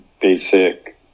basic